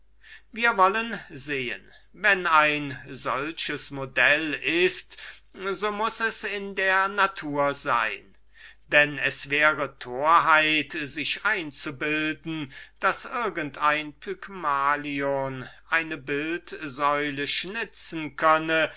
wir wollen sehen wenn ein solches modell ist so muß es in der natur sein denn es wäre torheit sich einzubilden daß ein pygmalion eine bildsäule schnitzen könne